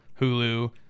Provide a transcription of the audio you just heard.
Hulu